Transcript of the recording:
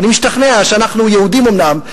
אני משתכנע שאנחנו יהודים אומנם,